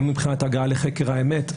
גם מבחינת הגעה לחקר האמת,